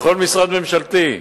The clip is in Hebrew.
בכל משרד ממשלתי,